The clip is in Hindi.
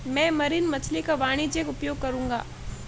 मैं मरीन मछली का वाणिज्यिक उपयोग करूंगा